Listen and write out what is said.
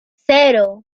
cero